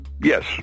Yes